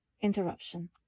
Interruption